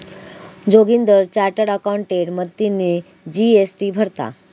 Joginder chartered accountant मदतीने GST भरता